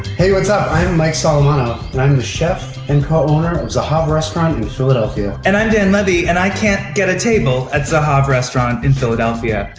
hey, what's up. i'm mike solomonov and but i'm the chef and co-owner of zahav um restaurant in philadelphia. and i'm dan levy and i can't get a table at zahav restaurant in philadelphia.